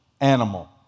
animal